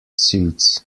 suits